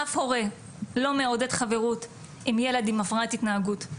אף הורה לא מעודד חברות עם ילד עם הפרעת התנהגות,